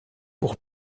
pour